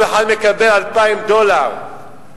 כל אחד מקבל 2,000 דולר.